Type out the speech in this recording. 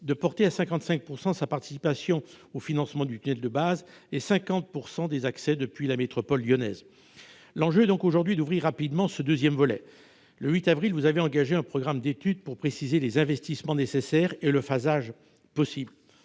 du financement, sa participation à 55 % pour le tunnel de base et à 50 % pour les accès depuis la métropole lyonnaise. L'enjeu est donc aujourd'hui d'ouvrir rapidement ce deuxième volet. Le 8 avril 2019, le Gouvernement a engagé un programme d'études pour préciser les investissements nécessaires et le phasage possible.